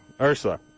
Ursula